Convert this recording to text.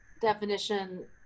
definition